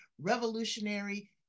revolutionary